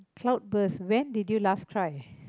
cloud burst when did you last try